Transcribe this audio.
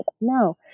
No